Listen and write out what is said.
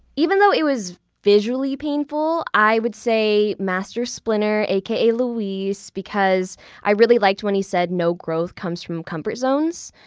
even though it was visually painful, i would say master splinter aka luis because i really liked when he said, no growth comes from comfort zones.